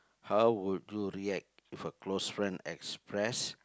how would you react if a close friend express